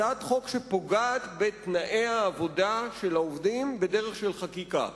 הצעת חוק שפוגעת בתנאי העבודה של העובדים בדרך של חקיקה,